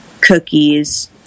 cookies